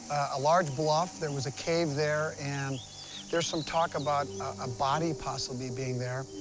a large bluff. there was a cave there, and there's some talk about a body possibly being there